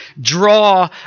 draw